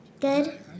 Good